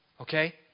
Okay